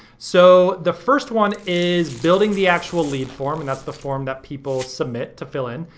so the first one is building the actual lead form, and that's the form that people submit to fill in,